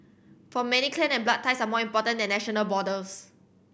for many clan and blood ties are more important than national borders